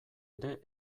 ere